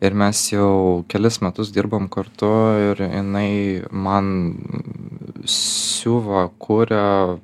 ir mes jau kelis metus dirbam kartu ir jinai man siuva kuria